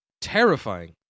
terrifying